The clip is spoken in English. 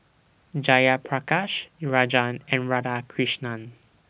Jayaprakash Rajan and Radhakrishnan